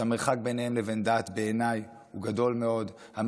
שהמרחק ביניהם לבין דת הוא גדול מאוד בעיניי,